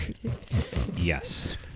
Yes